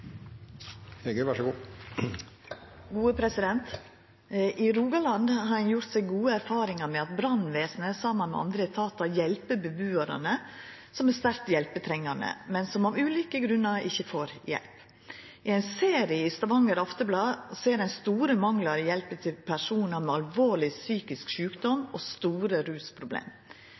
Rogaland har ein gjort seg gode erfaringar med at brannvesenet saman med andre etatar hjelper bebuarar som er sterkt hjelpetrengande, men som av ulike grunnar ikkje får hjelp. I ein serie i Stavanger Aftenblad ser ein store manglar i hjelpa til personar med alvorleg psykisk sjukdom og store rusproblem.